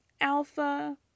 alpha